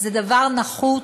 זה דבר נחוץ,